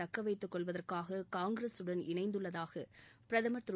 தக்கவைத்துக்கொள்வதற்காக காங்கிரகடன் இணைந்துள்ளதாக பிரதமர் திரு